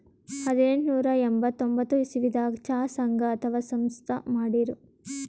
ಹದನೆಂಟನೂರಾ ಎಂಬತ್ತೊಂದ್ ಇಸವಿದಾಗ್ ಚಾ ಸಂಘ ಅಥವಾ ಸಂಸ್ಥಾ ಮಾಡಿರು